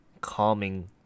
calming